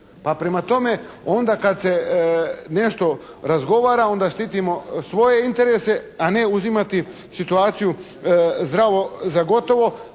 pa prema tome onda kad se nešto razgovara onda štitimo svoje interese, a ne uzimati situaciju zdravo za gotovo